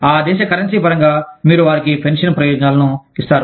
ఆ దేశ కరెన్సీ పరంగా మీరు వారికి పెన్షన్ ప్రయోజనాలను ఇస్తారు